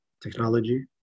technology